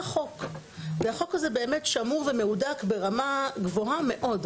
חוק והחוק הזה באמת שמור ומהודק ברמה גבוהה מאוד.